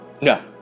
no